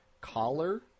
collar